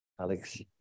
Alex